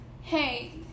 Hey